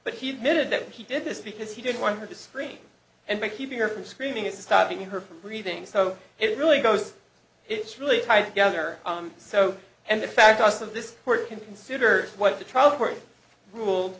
but he admitted that he did this because he didn't want her to scream and by keeping her from screaming it's stopping her from breathing so it really goes it's really tied together so and the facts of this court can consider what the